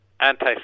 anti